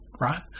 right